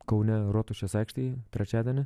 kaune rotušės aikštėj trečiadienį